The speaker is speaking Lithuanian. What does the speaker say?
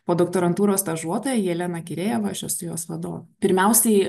podoktorantūros stažuotoja jelena kirejeva aš esu jos vadovė pirmiausiai